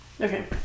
Okay